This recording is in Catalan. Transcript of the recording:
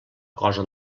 cosa